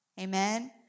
amen